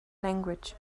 language